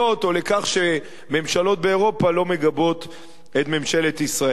או לכך שממשלות באירופה לא מגבות את ממשלת ישראל.